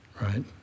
right